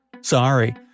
Sorry